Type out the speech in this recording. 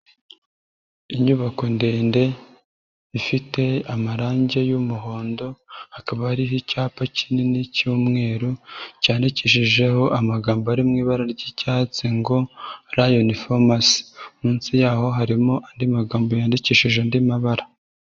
Inyubako ndende ifite amarange y'umuhondo, hakaba hariho icyapa kinini cy'umweru cyandikishijeho amagambo ari mu ibara ry'icyatsi ngo rayon fomasi, munsi yaho harimo andi magambo yandikishije andi mabara.